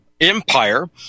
Empire